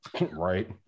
Right